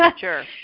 Sure